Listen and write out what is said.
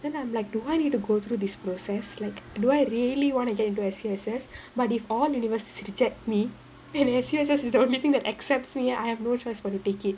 then I'm like do I need to go through this process like do I really want to get into S_U_S_S but if all university reject me then S_U_S_S is the only thing that accepts me I have no choice but to take it